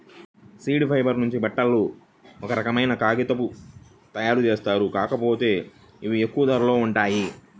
seed fibre నుంచి బట్టలు, ఒక రకమైన కాగితాలను తయ్యారుజేత్తారు, కాకపోతే ఇవి ఎక్కువ ధరలో ఉంటాయి